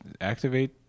activate